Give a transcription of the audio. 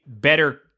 better